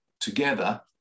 together